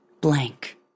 blank